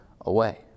away